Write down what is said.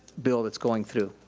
bill that's going through.